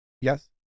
Yes